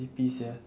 sleepy sia